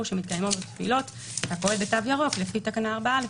שמתקיימות בו תפילות והפועל ב"תו ירוק" לפי תקנה 4א,